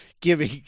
giving